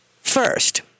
First